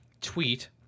tweet